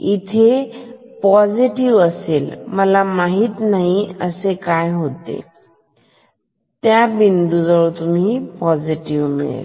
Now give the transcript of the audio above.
इथे हे पोसिटीव्ह असेल मला माहित नाही अशी काय होते प्रांटूंबात पोसिटीव्ह झाले आहे